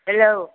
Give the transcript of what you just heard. hello